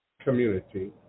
community